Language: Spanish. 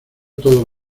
todo